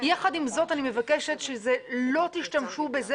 יחד עם זאת אני מבקשת שלא תשתמשו בזה